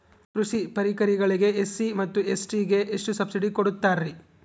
ಕೃಷಿ ಪರಿಕರಗಳಿಗೆ ಎಸ್.ಸಿ ಮತ್ತು ಎಸ್.ಟಿ ಗೆ ಎಷ್ಟು ಸಬ್ಸಿಡಿ ಕೊಡುತ್ತಾರ್ರಿ?